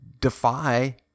defy